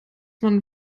man